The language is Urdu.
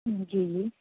جی جی